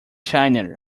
shining